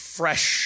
fresh